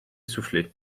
souffler